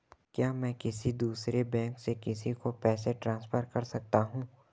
क्या मैं किसी दूसरे बैंक से किसी को पैसे ट्रांसफर कर सकता हूं?